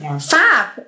fab